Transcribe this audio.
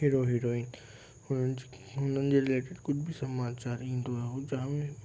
hero heroine हुन हुन जे लेखे कुझु बि समाचारु ईंदो आहे हू जामु ई